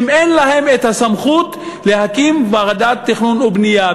אין להם סמכות להקים ועדת תכנון ובנייה,